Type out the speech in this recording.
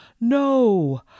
No